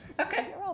Okay